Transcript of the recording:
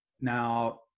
Now